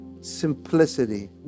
simplicity